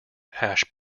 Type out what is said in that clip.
hash